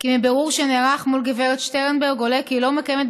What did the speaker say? כי מבירור שנערך מול גב' שטרנברג עולה כי היא לא מקיימת